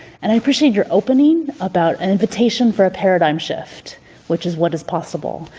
and i appreciate your opening about an invitation for a paradigm shift which is what is possible.